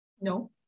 No